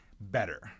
better